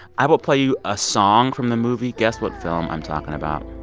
i will play you a song from the movie. guess what film i'm talking about